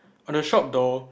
on the shop door